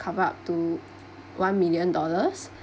cover up to one million dollars